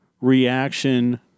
reaction